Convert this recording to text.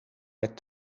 met